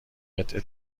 قطعه